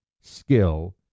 skill